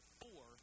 four